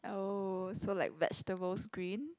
oh so like vegetables green